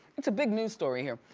it's a big news story here.